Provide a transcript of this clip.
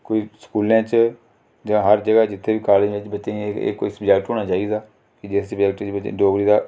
कोई स्कूलें च जां हर जगह् जित्थें बी कालेज बिच्च बच्चें गी कोई सब्जेक्ट होना चाहिदा कि जिस सब्जेक्ट बिच्च डोगरी दा